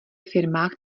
firmách